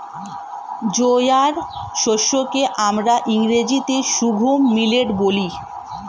জোয়ার শস্য কে আমরা ইংরেজিতে সর্ঘুম মিলেট বলি